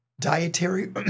dietary